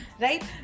right